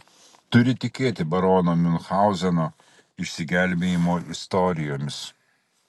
turi tikėti barono miunchauzeno išsigelbėjimo istorijomis